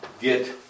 get